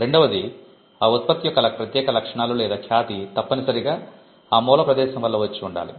రెండవది ఆ ఉత్పత్తి యొక్క ప్రత్యేక లక్షణాలు లేదా ఖ్యాతి తప్పనిసరిగా ఆ మూల ప్రదేశం వల్ల వచ్చి ఉండాలి